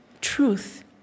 truth